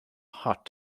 heart